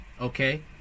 okay